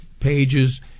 pages